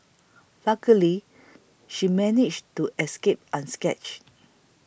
luckily she managed to escape unscathed